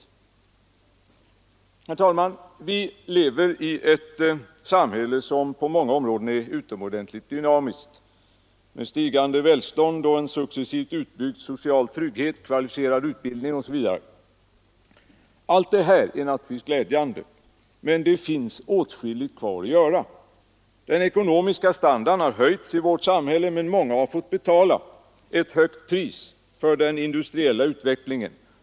Herr talman! Vi lever i ett utomordentligt dynamiskt samhälle med stigande välstånd, successivt utbyggd social trygghet, kvalificerad utbildning osv. Allt detta är naturligtvis glädjande, men det finns åtskilligt kvar att göra. Den ekonomiska standarden har höjts i vårt samhälle, men många har fått betala ett högt pris för den industriella utvecklingen.